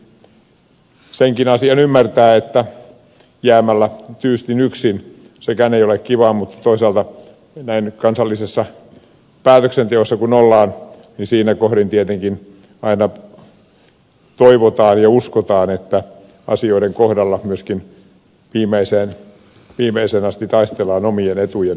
toisaalta tietenkin senkin asian ymmärtää että tyystin yksin jääminenkään ei ole kivaa mutta toisaalta näin kansallisessa päätöksenteossa kun ollaan niin siinä kohdin tietenkin aina toivotaan ja uskotaan että asioiden kohdalla myöskin viimeiseen asti taistellaan omien etujen puolesta